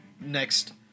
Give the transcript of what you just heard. next